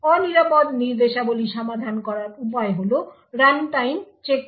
অনিরাপদ নির্দেশাবলী সমাধান করার উপায় হল রানটাইম চেক করা